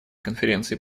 конференции